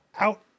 out